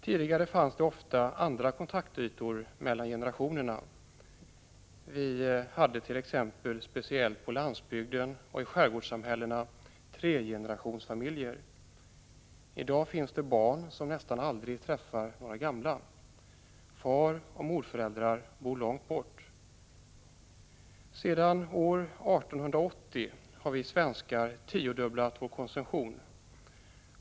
Tidigare fanns det ofta andra kontaktytor mellan generationerna — vi hade t.ex. speciellt på landsbygden och i skärgårdssamhällena tregenerationsfamiljer. I dag finns det barn som nästan aldrig träffar några gamla. Faroch morföräldrar bor långt bort. Sedan år 1880 har vi svenskar tiodubblat vår konsumtion.